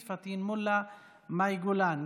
כמובן,